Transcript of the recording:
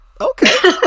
Okay